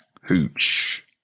Hooch